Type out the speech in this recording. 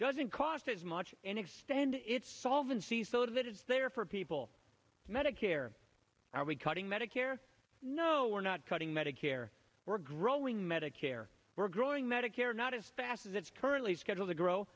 doesn't cost as much and extend its solvency so that it's there for people medicare are we cutting medicare no we're not cutting medicare we're growing medicare we're growing medicare not as fast as it's currently scheduled to grow